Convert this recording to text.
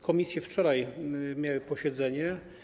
Komisje wczoraj miały posiedzenie.